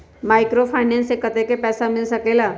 Microfinance से कतेक पैसा मिल सकले ला?